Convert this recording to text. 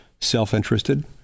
self-interested